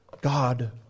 God